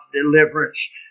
deliverance